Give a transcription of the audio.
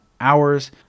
hours